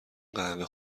قهوه